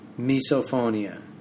misophonia